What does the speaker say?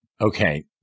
Okay